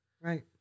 Right